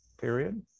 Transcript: period